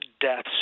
deaths